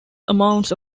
amounts